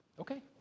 okay